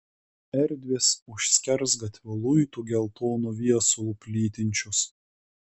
erdvės už skersgatvio luitų geltonu viesulu plytinčios